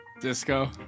Disco